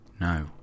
no